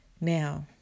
Now